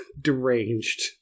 deranged